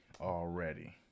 already